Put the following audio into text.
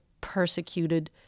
persecuted